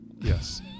Yes